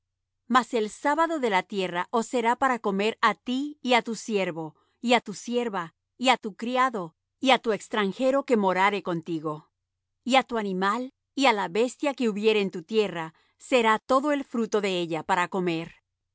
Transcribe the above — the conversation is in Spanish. mas el sábado de la tierra os será para comer á ti y á tu siervo y á tu sierva y á tu criado y á tu extranjero que morare contigo y á tu animal y á la bestia que hubiere en tu tierra será todo el fruto de ella para comer